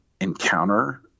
encounter